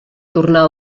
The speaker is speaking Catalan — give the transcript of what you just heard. tornar